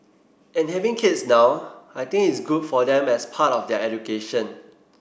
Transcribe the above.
and having kids now I think it's good for them as part of their education